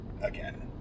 again